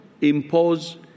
impose